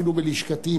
אפילו בלשכתי,